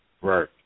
right